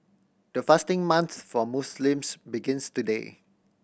the fasting month for Muslims begins today